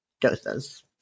doses